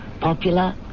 Popular